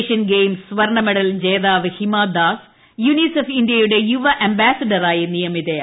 Asian Games സ്വർണ്ണമെഡൽ ജേതാവ് Hima Das UNICEF ഇന്ത്യയുടെ യുവ അംബാസിഡറായി നിയമിതയായി